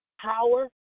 Power